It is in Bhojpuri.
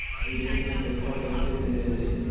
विदेश में पईसा कैसे भेजल जाई?